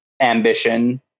ambition